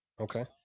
Okay